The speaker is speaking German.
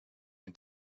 mit